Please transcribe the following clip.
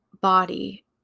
body